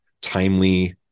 timely